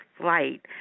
flight